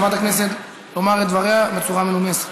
לחברת הכנסת לומר את דבריה בצורה מנומסת,